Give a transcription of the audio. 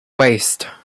waist